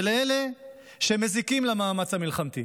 ולאלה שמזיקים למאמץ המלחמתי,